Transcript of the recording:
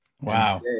wow